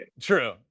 True